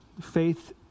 Faith